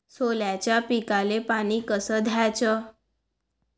सोल्याच्या पिकाले पानी कस द्याचं?